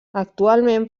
actualment